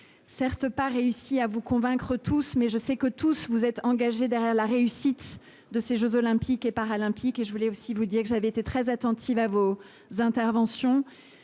Certes pas réussi à vous convaincre tous mais je sais que tous vous êtes engagés derrière la réussite de ces Jeux olympiques et paralympiques et je voulais aussi vous dire que j'avais été très attentive à vos interventions